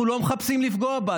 אנחנו לא מחפשים לפגוע בה.